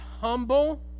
humble